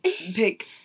pick